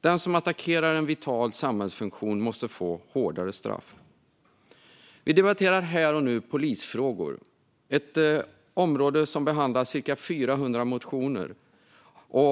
Den som attackerar en vital samhällsfunktion måste få hårdare straff. Vi debatterar här och nu Polisfrågor . Det är ett betänkande som behandlar cirka 400 motioner på området.